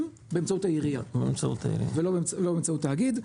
באמצעות העירייה ולא באמצעות תאגיד.